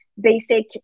basic